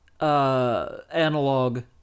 Analog